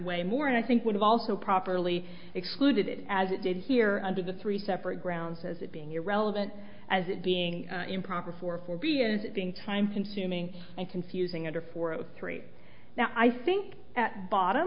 way more and i think would have also properly excluded it as it did here under the three separate grounds as it being irrelevant as it being improper for for being as being time consuming and confusing under four three now i think at bottom